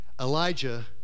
Elijah